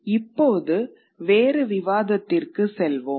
இப்போது வேறு விவாதத்திற்கு செல்வோம்